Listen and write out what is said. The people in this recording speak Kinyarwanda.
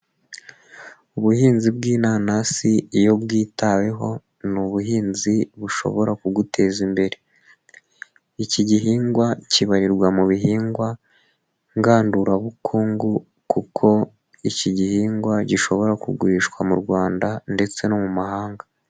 Ubuhinzi bw'inanasi iyo bwitaweho n'ubuhinzi bushobora kuguteza imbere, iki gihingwa kibarirwa mu bihingwa ngandurabukungu kuko iki gihingwa gishobora kugurishwa mu Rwanda ndetse no mu mahanga.